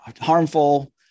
harmful